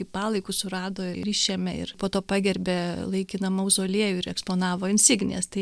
kaip palaikus surado ir išėmė ir po to pagerbė laikiną mauzoliejų ir eksponavo insignijas tai